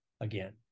again